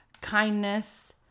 kindness